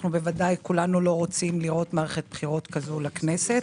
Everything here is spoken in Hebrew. כולנו בוודאי לא רוצים לראות מערכת בחירות כזאת לכנסת.